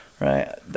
Right